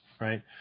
right